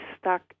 stuck